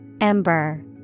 Ember